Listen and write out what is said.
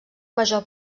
major